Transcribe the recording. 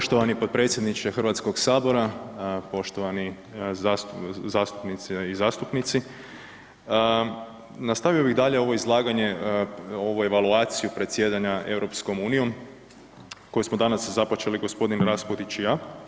Poštovani potpredsjedniče Hrvatskog sabora, poštovani zastupnice i zastupnici nastavio bih dalje ovo izlaganje ovu evaluaciju predsjedanja EU koju smo danas započeli gospodin Raspudić i ja.